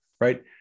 right